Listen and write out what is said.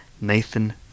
Nathan